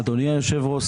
אדוני היושב ראש,